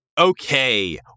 Okay